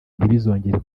ntibizongere